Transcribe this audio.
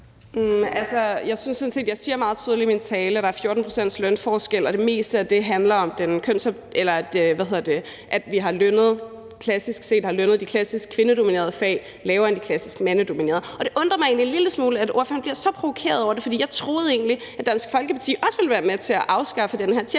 Jeg synes sådan set, at jeg siger meget tydeligt i min tale, at der er 14 pct.s lønforskel, og at det meste af det handler om, at vi har lønnet de klassiske kvindedominerede fag lavere end de klassiske mandsdominerede fag. Og det undrer mig egentlig en lille smule, at ordføreren bliver så provokeret af det, for jeg troede egentlig, at Dansk Folkeparti også ville være med til at afskaffe den her